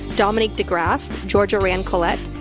dominique digraph, georgia ran colette,